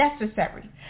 necessary